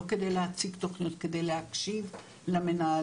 לא כדי להציג תוכנית כדי להקשיב למנהלים.